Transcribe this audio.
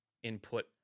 input